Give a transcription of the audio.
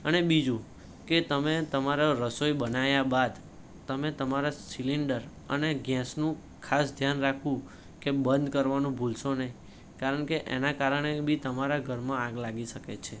અને બીજું કે તમે તમારા રસોઈ બનાવ્યા બાદ તમે તમારા સિલિન્ડર અને ગેસનું ખાસ ધ્યાન રાખવું કે બંધ કરવાનું ભૂલશો નહીં કારણ કે એના કારણે બી તમારા ઘરમાં આગ લાગી શકે છે